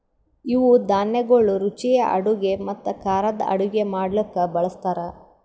ಇವು ಧಾನ್ಯಗೊಳ್ ರುಚಿಯ ಅಡುಗೆ ಮತ್ತ ಖಾರದ್ ಅಡುಗೆ ಮಾಡ್ಲುಕ್ ಬಳ್ಸತಾರ್